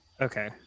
Okay